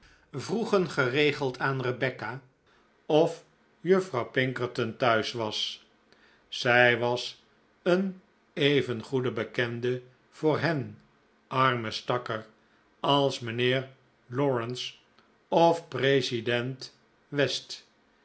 vroegen geregeld aan rebecca of juffrouw pinkerton thuis was zij was een even goede bekende voor hen arme stakker als mijnheer lawrence of president